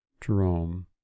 Jerome